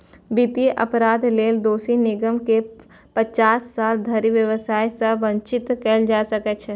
वित्तीय अपराध लेल दोषी निगम कें पचास साल धरि व्यवसाय सं वंचित कैल जा सकै छै